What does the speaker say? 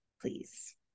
please